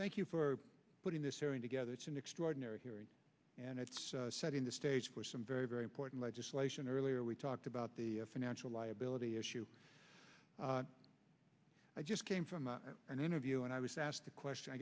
thank you for putting this hearing together it's an extraordinary hearing and it's setting the stage for some very very important legislation earlier we talked about the financial liability issue i just came from an interview and i was asked the question i